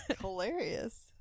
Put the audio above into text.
Hilarious